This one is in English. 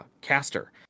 caster